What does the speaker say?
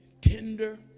Tender